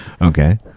Okay